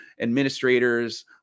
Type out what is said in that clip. administrators